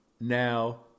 Now